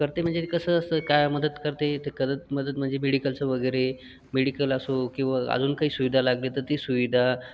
करते म्हणजे कसं असतं काय मदत करते ते करत मदत म्हणजे मेडिकलचं वगैरे मेडिकल असो किंवा अजून काही सुविधा लागली तर ती सुविधा